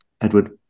Edward